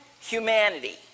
humanity